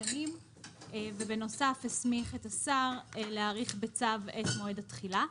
שנים והסמיך את השר להאריך בצו את מועד התחילה.